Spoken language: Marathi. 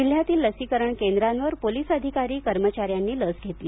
जिल्ह्यातील लसीकरण केंद्रांवर पोलीस अधिकारी कर्मचाऱ्यांनी लस घेतली